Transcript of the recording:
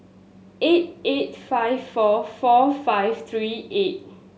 eight eight five four four five three eight